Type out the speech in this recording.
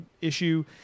issue